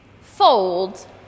fold